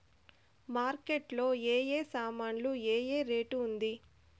Market లో ఏ ఏ సామాన్లు ఏ ఏ రేటు ఉంది?